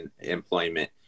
employment